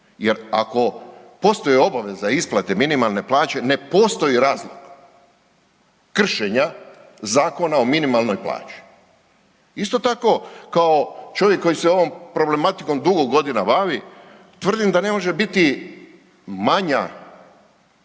jer ako postoji obaveza isplate minimalne plaće ne postoji razlog kršenja Zakona o minimalnoj plaći. Isto tako kao čovjek koji se ovom problematikom dugo godina bavi tvrdim da ne može biti manja